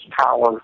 power